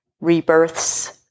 rebirths